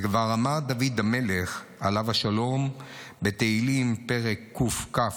וכבר אמר דוד המלך עליו השלום בתהילים פרק ק"כ: